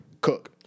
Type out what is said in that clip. Cook